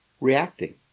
reacting